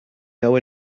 know